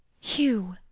Hugh